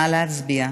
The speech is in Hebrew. נא להצביע.